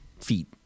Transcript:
feet